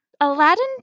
Aladdin